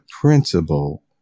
principle